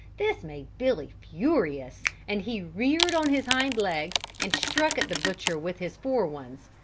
this made billy furious and he reared on his hind legs and struck at the butcher with his fore ones,